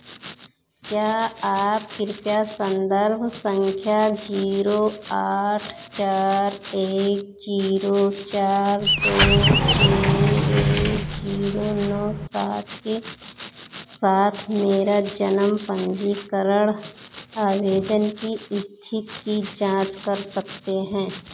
क्या आप कृपया सन्दर्भ संख्या जीरो आठ चार एक जीरो चार दो छः एक जीरो नौ सात के साथ मेरा जन्म पंजीकरण आवेदन की स्थिति की जांच कर सकते हैं